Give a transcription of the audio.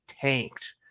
tanked